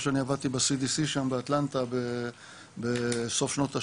שעבדתי ב-CDC באטלנטה בסוף שנות ה-80',